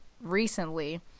recently